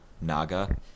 Naga